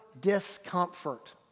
discomfort